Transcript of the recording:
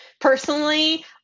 Personally